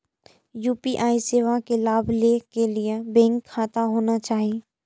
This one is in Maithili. यू.पी.आई सेवा के लाभ लै के लिए बैंक खाता होना चाहि?